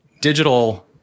digital